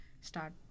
start